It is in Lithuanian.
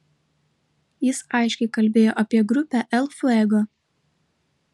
jis aiškiai kalbėjo apie grupę el fuego